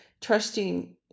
trusting